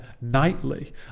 nightly